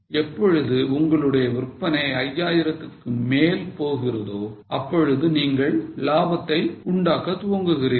எப்பொழுது உங்களுடைய விற்பனை 5000 க்கு மேல் போகிறதோ அப்பொழுது நீங்கள் லாபத்தை உண்டாக தூங்குகிறீர்கள்